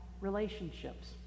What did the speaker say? relationships